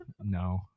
No